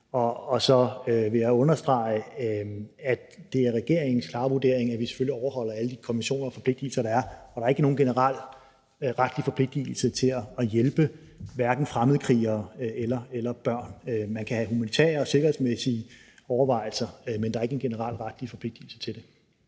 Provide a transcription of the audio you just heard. Og så vil jeg understrege, at det er regeringens klare vurdering, at vi selvfølgelig overholder alle de konventioner og forpligtigelser, der er. Og der er ikke nogen generel retlig forpligtigelse til at hjælpe hverken fremmedkrigere eller børn. Man kan have humanitære og sikkerhedsmæssige overvejelser, men der er ikke en generel retlig forpligtigelse til det.